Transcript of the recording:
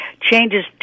changes